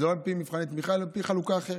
שזה לא על פי מבחני תמיכה אלא על פי חלוקה אחרת.